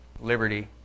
liberty